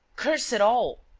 curse it all!